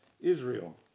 Israel